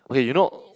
okay you know